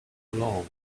long